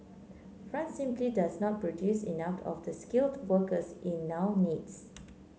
France simply does not produce enough of the skilled workers it now needs